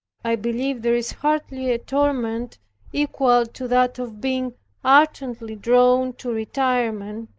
i believe there is hardly a torment equal to that of being ardently drawn to retirement,